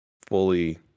fully